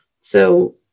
So-